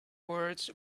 words